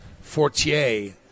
Fortier